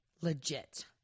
legit